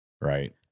right